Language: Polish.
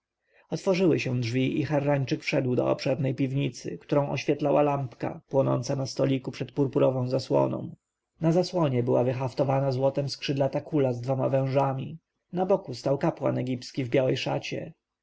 otworzyły się drzwi i harrańczyk wszedł do obszernej piwnicy którą oświetlała lampka płonąca na stoliku przed purpurową zasłoną na zasłonie była wyhaftowana złotem skrzydlata kula z dwoma wężami na boku stał kapłan egipski w białej szacie